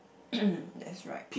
that's right